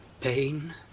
pain